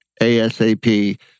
ASAP